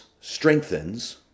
strengthens